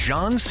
John